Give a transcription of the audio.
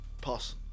Pass